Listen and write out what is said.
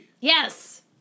Yes